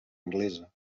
anglesa